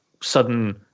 sudden